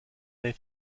their